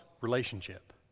Relationship